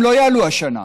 הם לא יעלו השנה.